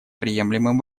приемлемым